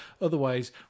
Otherwise